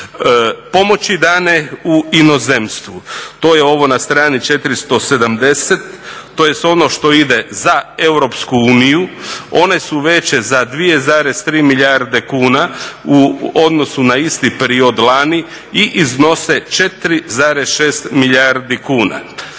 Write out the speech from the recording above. Pomoći dane u inozemstvu. To je ovo na strani 470, tj. ono što ide za Europsku uniju. One su veće za 2,3 milijarde kuna u odnosu na isti period lani i iznose 4,6 milijardi kuna.